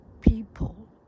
people